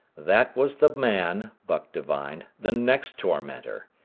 that was the man, buck divined, the next tormentor,